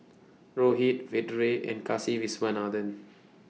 Rohit Vedre and Kasiviswanathan